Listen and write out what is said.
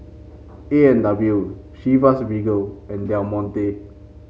A and W Chivas Regal and Del Monte